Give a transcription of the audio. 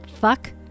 fuck